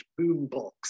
boombox